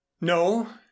no